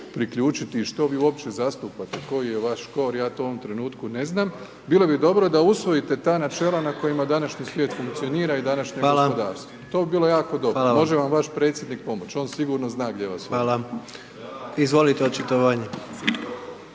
i što vi uopće zastupate, koji je vaš kor, ja to u ovom trenutku ne znam bilo bi dobro da usvojite ta načela na kojima današnji svijet funkcionira i današnje … /Upadica: Hvala./… gospodarstvo. To bi bilo jako dobro, može vam vaš predsjednik pomoć, on sigurno zna gdje vas vodi. **Jandroković,